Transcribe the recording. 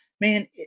man